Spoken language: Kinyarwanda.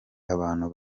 abantu